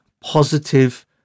positive